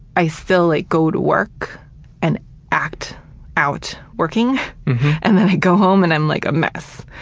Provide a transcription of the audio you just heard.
i still like go to work and act out working and then i go home and i'm like a mess.